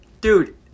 Dude